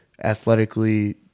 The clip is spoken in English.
Athletically